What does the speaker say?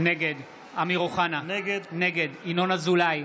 נגד אמיר אוחנה, נגד ינון אזולאי,